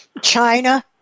China